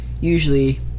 usually